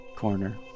corner